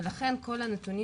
ולכן, כל הנתונים